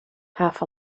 half